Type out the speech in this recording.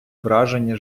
враження